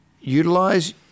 utilize